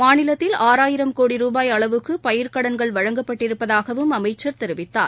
மாநிலத்தில் ஆறாயிரம் கோடி ரூபாய் அளவுக்குபயிர்க்கடன் வழங்கப்பட்டிருப்பதாகவும் அமைச்சர் தெரிவித்தார்